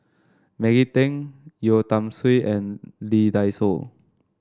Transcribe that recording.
Maggie Teng Yeo Tiam Siew and Lee Dai Soh